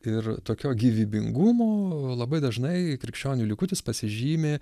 ir tokio gyvybingumo labai dažnai krikščionių likutis pasižymi